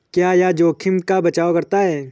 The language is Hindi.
क्या यह जोखिम का बचाओ करता है?